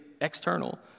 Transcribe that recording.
external